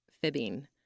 fibbing